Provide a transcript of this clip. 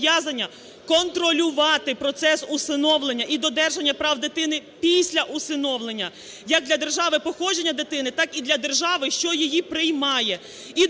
зобов'язання контролювати процес усиновлення і додержання прав дитини після усиновлення як для держави походження дитини, так і для держави, що її приймає.